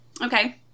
okay